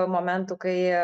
momentų kai